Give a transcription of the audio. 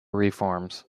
reforms